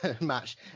match